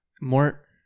more